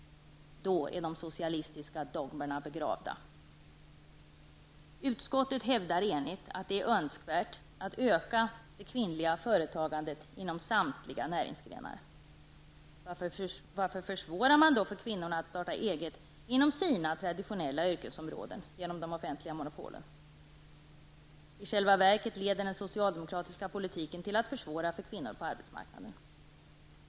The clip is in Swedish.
Då är de socialistiska dogmerna begravda. Utskottet hävdar enigt att det är önskvärt att öka det kvinnliga företagandet inom samtliga näringsgrenar. Varför försvårar man då genom de offentliga monopolen för kvinnorna att starta eget inom sina traditionella yrkesområden? I själva verket leder den socialdemokratiska politiken till att man försvårar för kvinnorna på arbetsmarknaden.